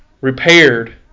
repaired